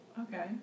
Okay